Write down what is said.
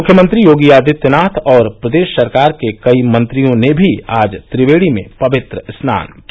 मुख्यमंत्री योगी आदित्यनाथ और प्रदेश सरकार के कई मंत्रियों ने भी आज त्रिवेणी में पवित्र स्नान किया